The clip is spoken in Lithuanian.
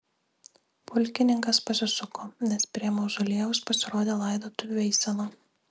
pulkininkas pasisuko nes prie mauzoliejaus pasirodė laidotuvių eisena